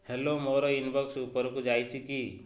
hello ମୋର inbox ଉପରକୁ ଯାଇଛି କି